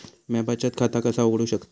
म्या बचत खाता कसा उघडू शकतय?